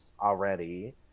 already